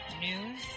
news